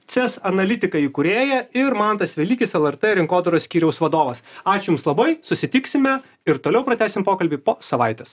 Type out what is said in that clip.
ces analitikai įkūrėja ir mantas velykis lrt rinkodaros skyriaus vadovas ačiū jums labai susitiksime ir toliau pratęsim pokalbį po savaitės